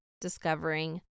discovering